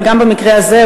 וגם במקרה הזה,